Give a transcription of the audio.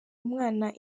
umwana